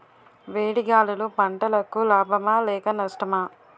వేడి గాలులు పంటలకు లాభమా లేక నష్టమా?